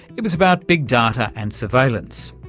it was about big data and surveillance.